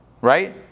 right